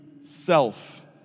self